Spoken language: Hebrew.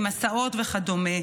עם הסעות וכדומה,